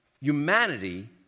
humanity